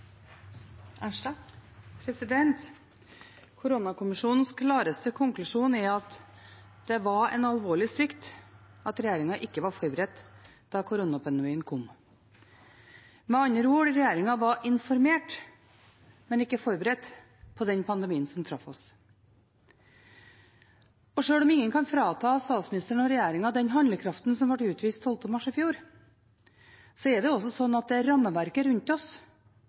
at det var en alvorlig svikt at regjeringen ikke var forberedt da koronapandemien kom. Med andre ord: Regjeringen var informert, men ikke forberedt på pandemien som traff oss. Sjøl om ingen kan frata statsministeren og regjeringen den handlekraften som ble utvist 12. mars i fjor, er det altså slik at det er rammeverket rundt oss